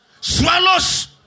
swallows